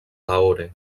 lahore